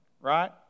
Right